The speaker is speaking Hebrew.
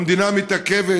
והמדינה מתעכבת.